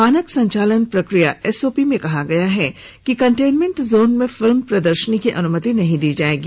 मानक संचालन प्रक्रिया एसओपी में कहा गया है कि कन्टेमेंट जोन में फिल्म प्रदर्शनी की अनुमति नहीं दी जाएगी